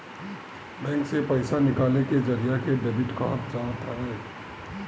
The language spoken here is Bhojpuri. बैंक से पईसा निकाले के जरिया के डेबिट कहल जात हवे